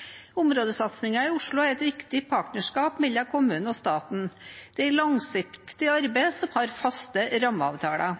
i Oslo er et viktig partnerskap mellom kommunen og staten. Det er langsiktig arbeid som har faste rammeavtaler.